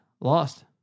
lost